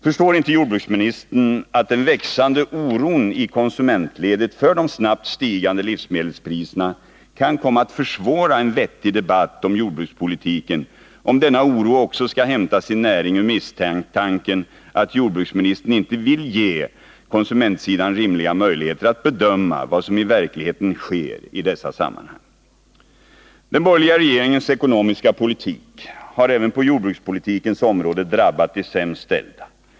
Förstår inte jordbruksministern att den växande oron i konsumentledet för de snabbt stigande livsmedelspriserna kan komma att försvåra en vettig debatt om jordbrukspolitiken, om denna oro också skall hämta sin näring ur misstanken att jordbruksministern inte vill ge konsumentsidan rimliga möjligheter att bedöma vad som i verkligheten sker i dessa sammanhang? Den borgerliga regeringens ekonomiska politik har även på jordbrukspolitikens område drabbat de sämst ställda.